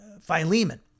Philemon